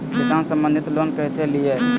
किसान संबंधित लोन कैसै लिये?